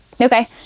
Okay